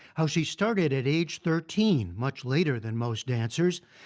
how she started at age thirteen, much later than most dancers,